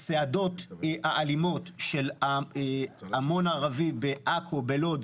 הצעדות האלימות של המון ערבי בעכו, בלוד.